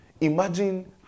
Imagine